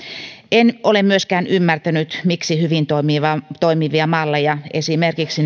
en ole myöskään ymmärtänyt miksi hyvin toimivia malleja esimerkiksi